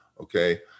Okay